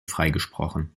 freigesprochen